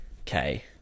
Okay